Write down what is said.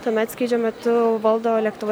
tuomet skrydžio metu valdo lėktuvą